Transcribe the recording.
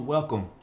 Welcome